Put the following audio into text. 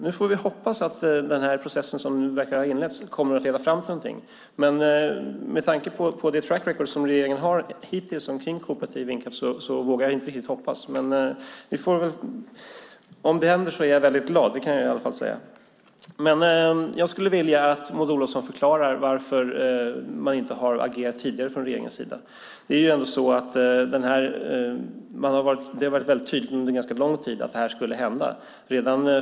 Nu får vi hoppas att den process som verkar ha inletts leder fram till någonting, men med tanke på det track record som regeringen hittills haft beträffande kooperativ vindkraft vågar jag inte riktigt tro på det. Jag kan dock säga att om det händer blir jag väldigt glad. Jag skulle vilja att Maud Olofsson förklarade varför man från regeringens sida inte agerat tidigare. Det har varit tydligt under ganska lång tid att det här skulle hända.